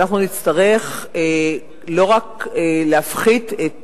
ואנחנו נצטרך לא רק להפחית את